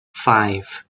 five